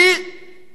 לחשוף